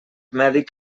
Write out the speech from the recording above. mèdic